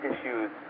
issues